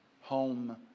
home